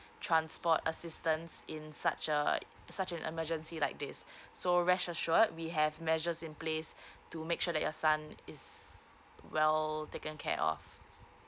transport assistance in such a such an emergency like these so rest assured we have measures in place to make sure that your son is well taken care of